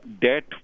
debt